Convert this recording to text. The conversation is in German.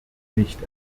nicht